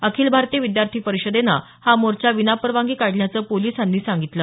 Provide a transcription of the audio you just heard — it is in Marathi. अखिल भारतीय विद्यार्थी परिषदेनं हा मोर्चा विनापरवानगी काढल्याचं पोलिसांनी सांगितलं